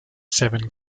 seven